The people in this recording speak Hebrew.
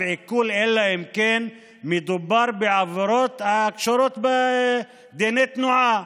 עיקול אלא אם כן מדובר בעבירות הקשורות לדיני תנועה.